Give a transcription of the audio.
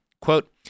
Quote